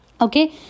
Okay